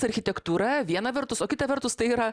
architektūra viena vertus o kita vertus tai yra